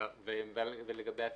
מה לגבי הסיפא?